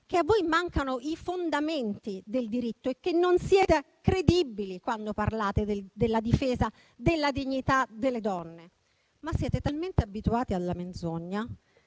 che a voi mancano i fondamenti del diritto e che non siete credibili quando parlate della difesa della dignità delle donne. Siete talmente abituati alla menzogna